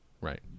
right